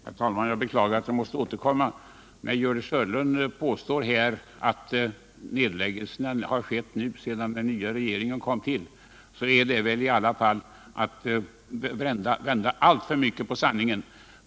Herr talman! Jag beklagar att jag måste återkomma. När Gördis Hörnlund påstår att nedläggningarna har gjorts sedan den nya regeringen kom till är det väl i alla fall att tumma på sanningen.